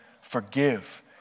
forgive